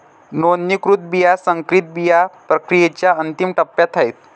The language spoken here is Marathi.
नोंदणीकृत बिया संकरित बिया प्रक्रियेच्या अंतिम टप्प्यात आहेत